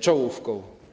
czołówką.